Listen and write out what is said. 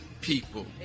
people